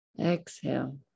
Exhale